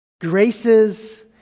graces